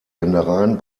ländereien